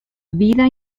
vida